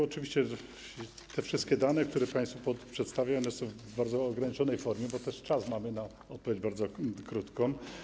Oczywiście te wszystkie dane, które państwu przedstawiłem, są w bardzo ograniczonej formie, bo też czas na odpowiedź mam bardzo krótki.